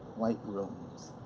white rooms,